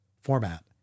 format